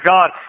God